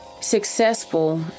successful